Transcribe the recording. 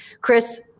Chris